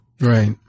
Right